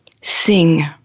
sing